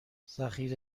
ذخیره